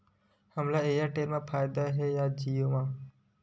हमला एयरटेल मा फ़ायदा हे या जिओ मा?